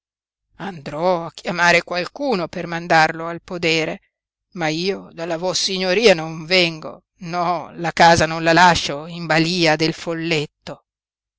andrò a chiamare qualcuno per mandarlo al podere ma io dalla vossignoria non vengo no la casa non la lascio in balía del folletto